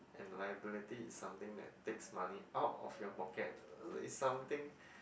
and liability is something that takes money out of your pocket uh it's something